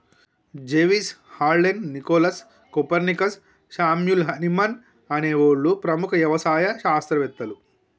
జెవిస్, Haldane, Nicholas, Copernicus, Samuel Hahnemann అనే ఓళ్ళు ప్రముఖ యవసాయ శాస్త్రవేతలు